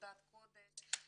עבודת קודש,